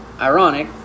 ironic